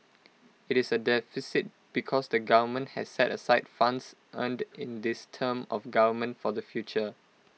IT is A deficit because the government has set aside funds earned in this term of government for the future